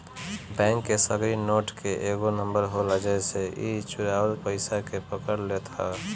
bank के सगरी note के एगो नंबर होला जेसे इ चुरावल पईसा के पकड़ लेत हअ